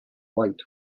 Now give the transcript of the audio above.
light